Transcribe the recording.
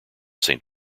saint